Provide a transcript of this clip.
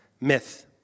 myth